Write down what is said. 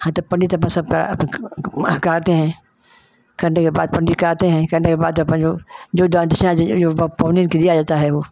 हाँ त पंडित अपना सबका कराते हैं करने के बाद पंडी कराते हैं करने के बाद अपन जो जो दान दक्षिणा जो ब पौनीर के दिया जाता है वो